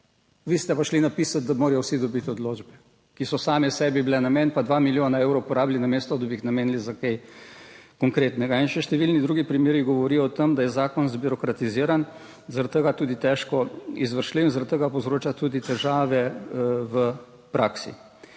Vi ste pa šli napisati, da morajo vsi dobiti odločbe, ki so same sebi bile namen, pa dva milijona evrov porabili, namesto, da bi jih namenili za kaj konkretnega. In še številni drugi primeri govorijo o tem, da je zakon zbirokratiziran, zaradi tega tudi težko izvršljiv, zaradi tega povzroča tudi težave v praksi.